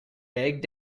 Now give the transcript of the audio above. begged